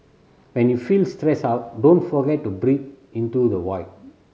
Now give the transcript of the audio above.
when you are feeling stressed out don't forget to breathe into the void